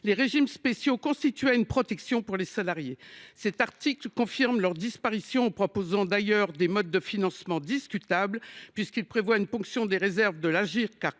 les régimes spéciaux constituaient une protection pour les salariés. Cet article confirme en quelque sorte leur disparition, en proposant d’ailleurs des modes de financement discutables, puisqu’il prévoit une ponction des réserves de l’Agirc